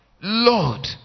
lord